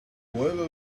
whoever